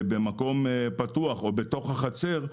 במקום פתוח או בתוך החצר,